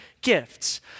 gifts